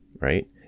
Right